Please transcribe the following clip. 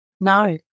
No